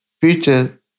future